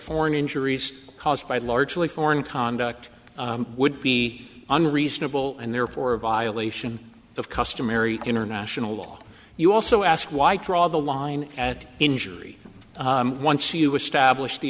foreign injuries caused by largely foreign conduct would be unreasonable and therefore a violation of customary international law you also ask why draw the line at injury once you establish the